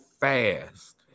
fast